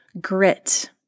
grit